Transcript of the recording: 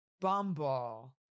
Bumble